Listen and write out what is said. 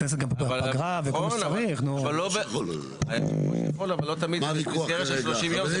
יושב הראש יכול אבל לא תמיד במסגרת 30 יום.